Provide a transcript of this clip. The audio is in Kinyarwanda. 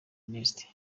ernest